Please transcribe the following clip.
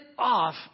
off